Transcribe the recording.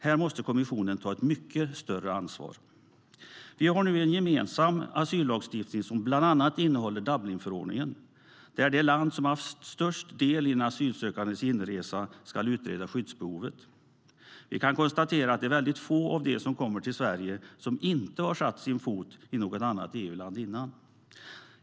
Här måste kommissionen ta ett mycket större ansvar. Vi har nu en gemensam asyllagstiftning som bland annat innehåller Dublinförordningen, vilken innebär att det land som haft störst del i den asylsökandes inresa ska utreda skyddsbehovet. Vi kan konstatera att det är väldigt få av dem som kommer till Sverige som inte satt sin fot i något annat EU-land innan.